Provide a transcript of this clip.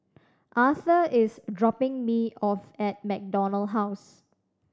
Arthur is dropping me off at MacDonald House